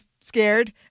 scared